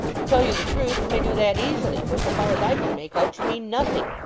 to tell you the truth, you may do that easily for so far as i can make out, you mean nothing.